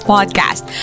Podcast